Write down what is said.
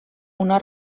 una